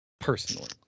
personally